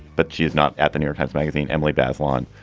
but she's not at the new york times magazine. emily bazelon.